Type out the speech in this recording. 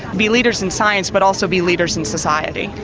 be leaders in science, but also be leaders in society.